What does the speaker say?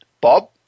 Bob